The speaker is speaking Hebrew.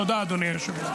תודה, אדוני היושב-ראש.